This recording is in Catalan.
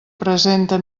presente